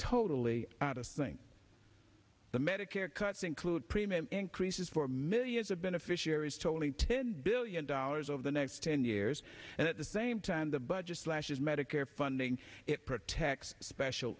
totally out of thing the medicare cuts include premium increases for millions of beneficiaries totaling ten billion dollars over the next ten years and at the same time the budget slashes medicare funding it protects special